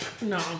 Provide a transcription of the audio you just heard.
No